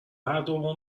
هردومون